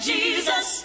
Jesus